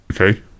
Okay